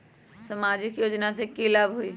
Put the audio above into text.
सामाजिक योजना से की की लाभ होई?